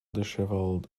dishevelled